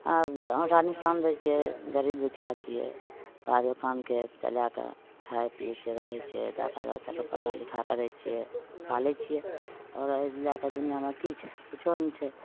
आब हरा निशान दै छिए गरीब दुखिआ छिए वएह दोकानके चलैके खाइ पिए छिए रहै छिए तऽ बाल बच्चाकेँ पढ़ाइ लिखाइ करै छिए पालै छिए आओर एहि लैके दुनिआमे कि छै किछु नहि छै